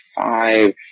five